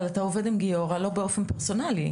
אבל אתה עובד עם גיורא לא באופן פרסונלי,